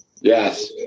Yes